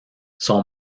son